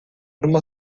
uma